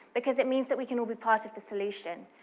because it means that we can all be part of the solution.